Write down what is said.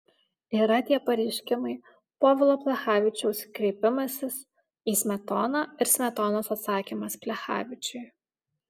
yra tie pareiškimai povilo plechavičiaus kreipimasis į smetoną ir smetonos atsakymas plechavičiui